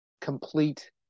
complete